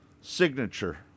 signature